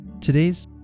Today's